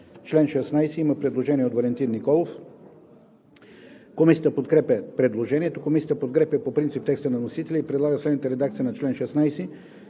от народния представител Валентин Николов. Комисията подкрепя предложението. Комисията подкрепя по принцип текста на вносителя и предлага следната редакция на чл. 16: